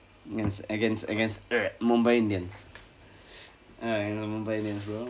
mans against against mumbai indians and mumbai indians bro